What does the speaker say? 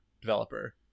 developer